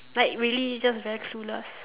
like really just very clueless